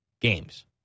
games